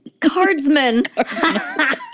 Cardsmen